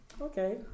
Okay